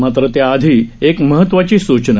मात्र त्याआधी एक महत्वाची सुचना